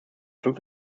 fünf